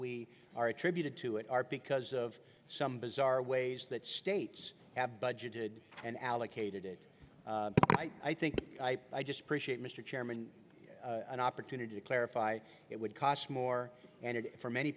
we are attributed to it are because of some bizarre ways that states have budgeted and allocated it i think i just appreciate mr chairman an opportunity to clarify it would cost more and for many